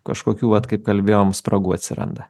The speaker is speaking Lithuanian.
kažkokių vat kaip kalbėjom spragų atsiranda